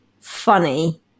funny